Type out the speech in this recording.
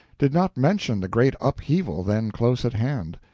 did not mention the great upheaval then close at hand.